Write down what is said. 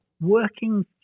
working